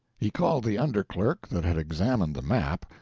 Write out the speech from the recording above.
he called the under clerk that had examined the map,